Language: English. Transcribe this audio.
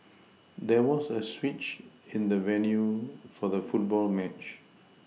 there was a switch in the venue for the football match